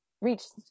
reached